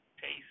taste